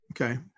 Okay